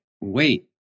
Wait